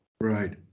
Right